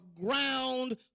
ground